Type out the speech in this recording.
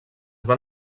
van